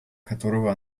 которого